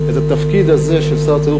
של שר התיירות,